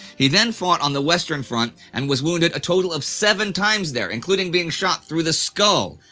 he then fought on the western front and was wounded a total of seven times there, including being shot through the skull,